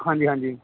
ਹਾਂਜੀ ਹਾਂਜੀ